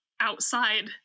outside